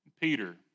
Peter